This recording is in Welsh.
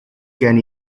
gen